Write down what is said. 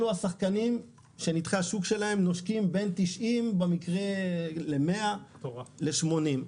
אלה השחקנים שנתחי השוק שלהם נושקים לבין 90% ל-100% ל-80%.